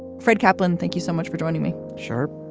fred kaplan, thank you so much for joining me. sharp